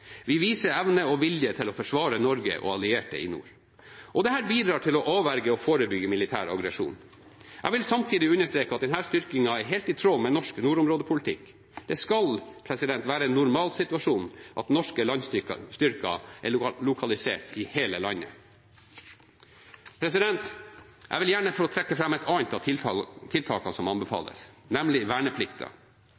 Vi viser evne og vilje til å forsvare Norge og allierte i nord, og dette bidrar til å avverge og forebygge militær aggresjon. Jeg vil samtidig understreke at denne styrkingen er helt i tråd med norsk nordområdepolitikk. Det skal være en normalsituasjon at norske landstyrker er lokalisert i hele landet. Jeg vil gjerne få trekke fram et annet av tiltakene som